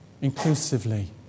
inclusively